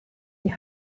die